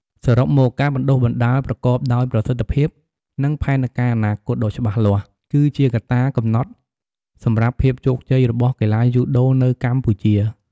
សរុបមក ការបណ្តុះបណ្តាលប្រកបដោយប្រសិទ្ធភាព និងផែនការអនាគតដ៏ច្បាស់លាស់ គឺជាកត្តាកំណត់សម្រាប់ភាពជោគជ័យរបស់កីឡាយូដូនៅកម្ពុជា ។